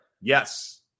Yes